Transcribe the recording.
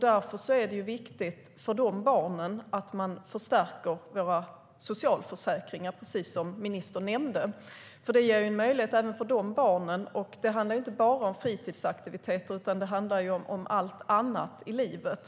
Därför är det viktigt för de barnen att vi förstärker våra socialförsäkringar, precis som ministern nämnde. Det ger nämligen en möjlighet även för de barnen. Det handlar inte bara om fritidsaktiviteter utan också om allt annat i livet.